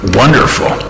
wonderful